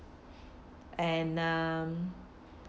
and um